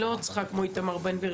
וצריך תיאום עם הפרויקטור בנושא הבטיחות.